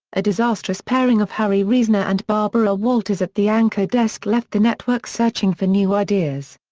a disastrous pairing of harry reasoner and barbara walters at the anchor desk left the network searching for new ideas.